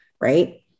right